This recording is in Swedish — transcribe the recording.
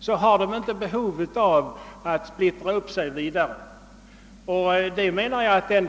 så finns det inget behov av att splittra sig på ytterligare partier.